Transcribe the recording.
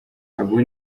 abo